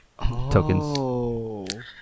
tokens